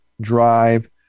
drive